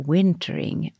Wintering